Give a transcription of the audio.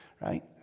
right